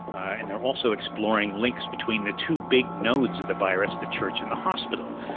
and they're also exploring links between the two big nodes of the virus, the church and the hospital.